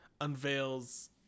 unveils